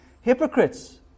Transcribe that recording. hypocrites